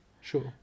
Sure